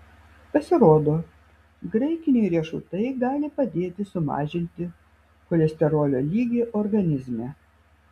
pasirodo graikiniai riešutai gali padėti sumažinti cholesterolio lygį organizme